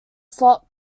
slot